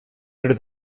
under